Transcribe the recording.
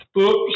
Oops